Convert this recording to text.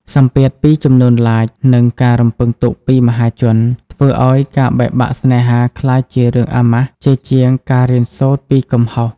សម្ពាធពី "ចំនួន Like" និងការរំពឹងទុកពីមហាជន ធ្វើឱ្យការបែកបាក់ស្នេហាក្លាយជារឿងអាម៉ាស់ ជាជាងការរៀនសូត្រពីកំហុស។